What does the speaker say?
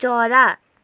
चरा